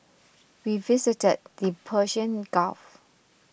we visited the Persian Gulf